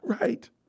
Right